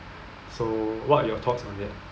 so what are your thoughts on that